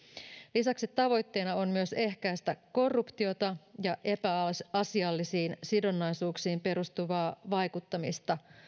lisäksi tavoitteena on myös ehkäistä korruptiota ja epäasiallisiin sidonnaisuuksiin perustuvaa vaikuttamista